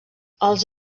els